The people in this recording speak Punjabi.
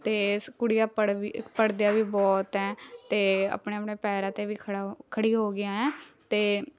ਅਤੇ ਸ ਕੁੜੀਆ ਪੜ੍ਹ ਵੀ ਪੜ੍ਹਦੀਆਂ ਵੀ ਬਹੁਤ ਹੈ ਅਤੇ ਆਪਣੇ ਆਪਣੇ ਪੈਰਾਂ 'ਤੇ ਵੀ ਖੜ੍ਹਾ ਖੜ੍ਹੀ ਹੋ ਗਈਆ ਹੈ ਅਤੇ